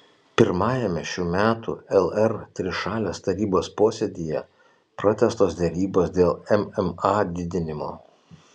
pirmajame šių metų lr trišalės tarybos posėdyje pratęstos derybos dėl mma didinimo